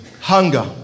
Hunger